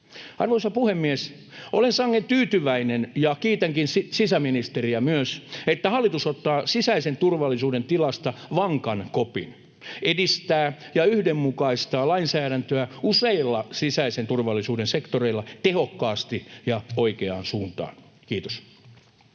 Arvoisa puhemies! Olen sangen tyytyväinen ja kiitänkin sisäministeriä myös, että hallitus ottaa sisäisen turvallisuuden tilasta vankan kopin, edistää ja yhdenmukaistaa lainsäädäntöä useilla sisäisen turvallisuuden sektoreilla tehokkaasti ja oikeaan suuntaan. — Kiitos.